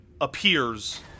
appears